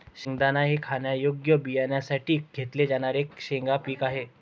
शेंगदाणा हे खाण्यायोग्य बियाण्यांसाठी घेतले जाणारे शेंगा पीक आहे